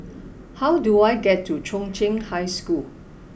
how do I get to Chung Cheng High School